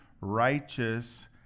righteous